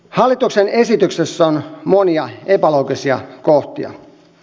hallituksen esityksessä on monia epäloogisia kohtia